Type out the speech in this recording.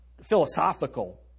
philosophical